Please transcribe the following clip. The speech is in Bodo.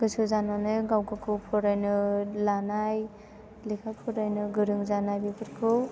गोसो जानानै गाव गावखौ फरायनो लानाय लेखा फरायनो गोरों जानाय बेफोरखौ